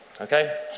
Okay